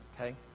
Okay